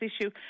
issue